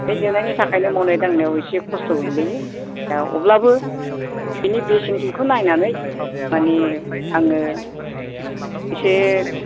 बे जोनायनि थाखायनो मावनाय दांनायाव एसे खस्थ' मोनो अब्लाबो बिनि बेसेनथिखौ नायनानै माने आङो एसे